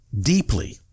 deeply